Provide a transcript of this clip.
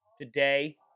Today